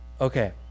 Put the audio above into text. okay